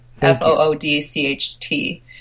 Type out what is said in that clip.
F-O-O-D-C-H-T